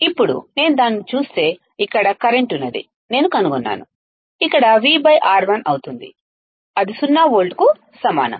ఇప్పుడు నేను దానిని చూస్తే ఇక్కడ కరెంటున్నది నేను కనుగొన్నాను ఇది V R1 అవుతుంది అది సున్నా వోల్ట్లకు సమానం